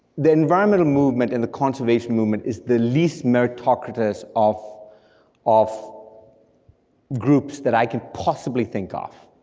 the environment movement, and the conservation movement is the least meritocratous of of groups that i could possibly think of,